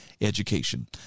education